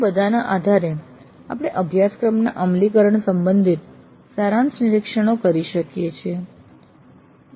આ બધાના આધારે આપણે અભ્યાક્રમના અમલીકરણ સંબંધિત સારાંશ નિરીક્ષણો કરી શકીએ છીએ